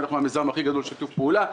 אנחנו המיזם הכי גדול לשיתוף פעולה.